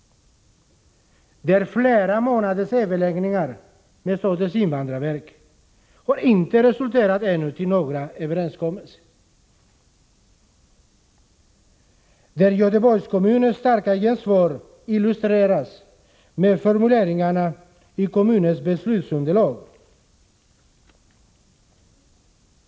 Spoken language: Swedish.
Där har flera månaders överläggningar med invandrarverket ännu inte resulterat i några överenskommelser. Göteborgs kommuns starka gensvar illustreras genom formuleringarna i kommunens beslutsunderlag.